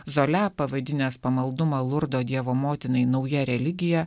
zola pavadinęs pamaldumą lurdo dievo motinai nauja religija